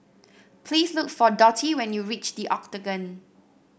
please look for Dottie when you reach The Octagon